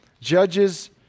Judges